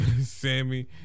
Sammy